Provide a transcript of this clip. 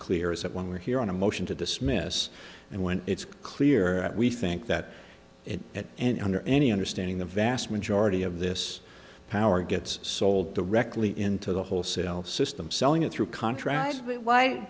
clear is that when we are here on a motion to dismiss and when it's clear we think that it at and under any understanding the vast majority of this power gets sold directly into the wholesale system selling it through contracts why